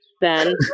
Ben